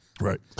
Right